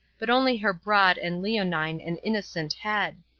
but only her broad and leonine and innocent head.